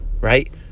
right